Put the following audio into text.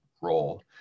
role